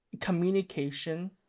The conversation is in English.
Communication